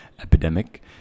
epidemic